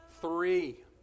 three